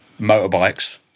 motorbikes